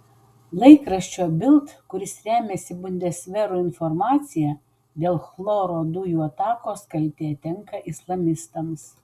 laikraščio bild kuris remiasi bundesveru informacija dėl chloro dujų atakos kaltė tenka islamistams